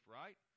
right